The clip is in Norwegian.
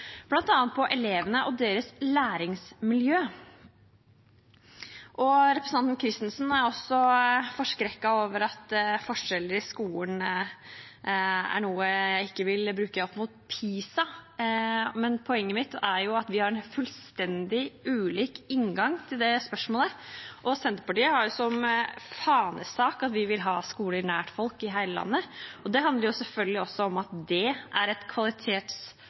på elevene og deres læringsmiljø. Representanten Kristensen er forskrekket over at forskjeller i skolen er noe jeg ikke vil bruke opp mot PISA. Poenget mitt er at vi har fullstendig ulik inngang til det spørsmålet. Senterpartiet har jo som fanesak at vi vil ha skoler nært folk i hele landet. Det handler selvfølgelig også om at det er et